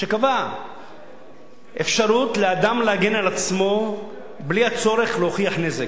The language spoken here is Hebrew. שקבע אפשרות לאדם להגן על עצמו בלי הצורך להוכיח נזק.